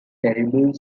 terrible